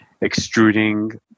extruding